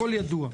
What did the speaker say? הכול ידוע.